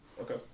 Okay